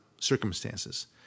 circumstances